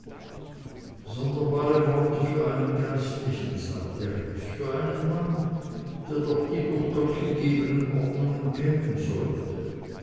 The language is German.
sonderbare worte für einen geistlichen sagte rex für einen mann der doch die durch gott gegebenen ordnungen kennen sollte